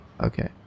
okay